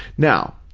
now,